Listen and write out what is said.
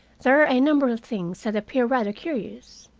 there are a number of things that appear rather curious.